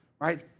right